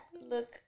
look